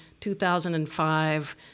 2005